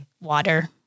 water